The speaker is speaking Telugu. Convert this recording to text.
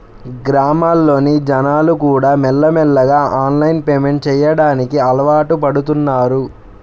గ్రామాల్లోని జనాలుకూడా మెల్లమెల్లగా ఆన్లైన్ పేమెంట్ చెయ్యడానికి అలవాటుపడుతన్నారు